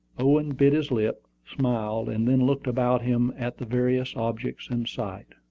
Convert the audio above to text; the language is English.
owen bit his lip, smiled, and then looked about him at the various objects in sight.